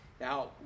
Now